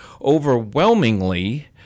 overwhelmingly